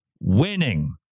winning